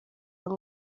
hari